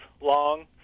long